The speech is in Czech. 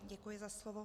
Děkuji za slovo.